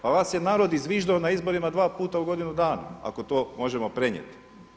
Pa vas je narod izviždao na izborima dva puta u godinu dana ako to možemo prenijeti.